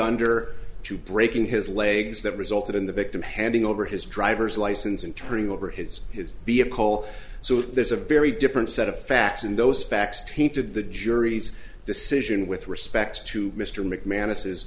under to breaking his legs that resulted in the victim handing over his driver's license and turning over his his be a call so there's a very different set of facts in those facts teated the jury's decision with respect to mr mcmanus is